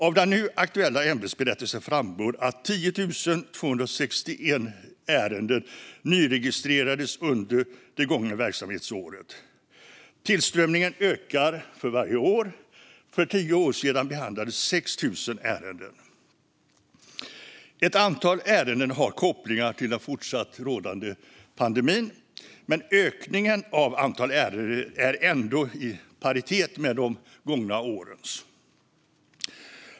Av den nu aktuella ämbetsberättelsen framgår att 10 261 ärenden nyregistrerades under det gångna verksamhetsåret. Tillströmningen ökar för varje år; för tio år sedan behandlades 6 000 ärenden. Ett antal ärenden har kopplingar till den fortsatt rådande pandemin, men ökningen av antalet ärenden är ändå i paritet med de gångna årens.